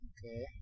Okay